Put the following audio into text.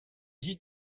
dit